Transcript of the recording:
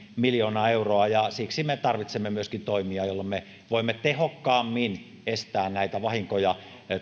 miljoonaa euroa ja siksi me tarvitsemme myöskin toimia joilla me voimme tehokkaammin estää näitä vahinkoja